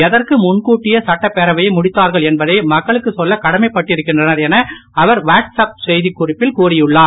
எதற்கு முன்கூட்டியே சட்டப்பேரவை முடித்தார்கள் என்பதை மக்களுக்கு சொல்ல கடமைப்பட்டிருக்கின்றனர் என அவர் வாட்ஸ்ஆப் செய்தியில் கூறியுனார்